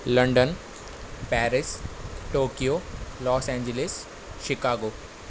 London Paris Tokyo Los Angeles Chicago